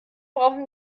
brauchen